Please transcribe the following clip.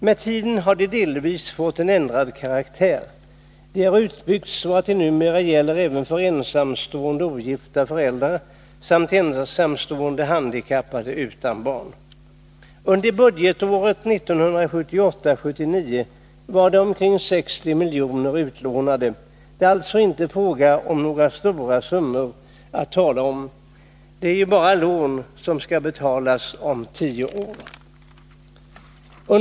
Med tiden har bosättningslånen delvis fått en ändrad karaktär. De har utbyggts så att de numera gäller även för ensamstående eller ogifta föräldrar samt för ensamstående handikappade utan barn. Under budgetåret 1979/80 utlånades omkring 60 miljoner. Det är alltså inte fråga om några stora summor. Dessutom rör det sig om lån som skall betalas igen på tio år.